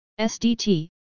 SDT